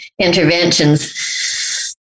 interventions